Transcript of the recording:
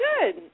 good